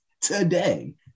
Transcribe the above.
today